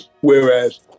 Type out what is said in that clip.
whereas